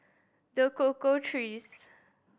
The Cocoa Trees